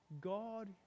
God